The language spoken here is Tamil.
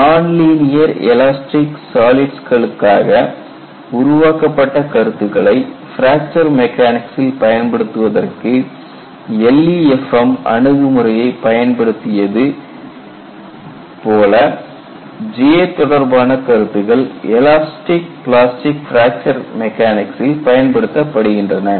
நான்லீனியர் எலாஸ்டிக் சாலிட்ஸ்களுக்காக உருவாக்கப்பட்ட கருத்துக்களை பிராக்சர் மெக்கானிக்சில் பயன்படுத்துவதற்கு LEFM அணுகுமுறையை பயன்படுத்தியது போல் J தொடர்பான கருத்துக்கள் எலாஸ்டிக் பிளாஸ்டிக் பிராக்சர் மெக்கானிக்சில் பயன்படுத்தப்படுகின்றன